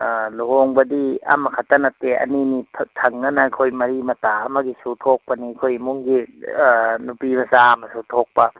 ꯑꯥ ꯂꯨꯍꯣꯡꯕꯗꯤ ꯑꯃ ꯈꯛꯇ ꯅꯠꯇꯦ ꯑꯅꯤꯅꯤ ꯊꯪꯅꯅ ꯑꯩꯈꯣꯏ ꯃꯔꯤ ꯃꯇꯥꯒꯤꯁꯨ ꯊꯣꯛꯄꯅꯤ ꯑꯩꯈꯣꯏ ꯏꯃꯨꯡꯒꯤ ꯅꯨꯄꯤ ꯃꯆꯥ ꯑꯃꯁꯨ ꯊꯣꯛꯄ